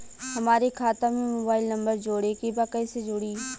हमारे खाता मे मोबाइल नम्बर जोड़े के बा कैसे जुड़ी?